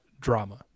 drama